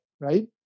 right